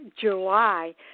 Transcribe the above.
July